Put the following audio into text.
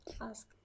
Ask